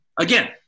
Again